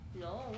No